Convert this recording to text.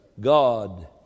God